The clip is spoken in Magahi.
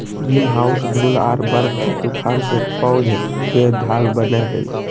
ग्रीनहाउस धूल आर बर्फ के तूफान से पौध के ढाल बनय हइ